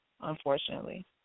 unfortunately